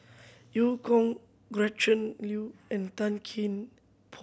Eu Kong Gretchen Liu and Tan Kian Por